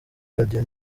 radio